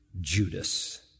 Judas